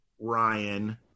Ryan